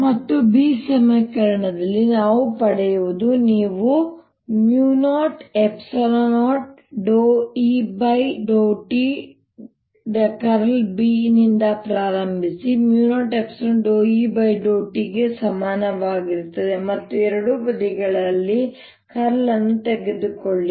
ಮತ್ತು B ಸಮೀಕರಣದಲ್ಲಿ ನಾವು ಪಡೆಯುವುದು ನೀವು 00E∂t B ನಿಂದ ಪ್ರಾರಂಭಿಸಿ ಅದು 00E∂t ಗೆ ಸಮನಾಗಿರುತ್ತದೆ ಮತ್ತು ಎರಡೂ ಬದಿಗಳಲ್ಲಿ ಕರ್ಲ್ ಅನ್ನು ತೆಗೆದುಕೊಳ್ಳಿ